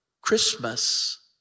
Christmas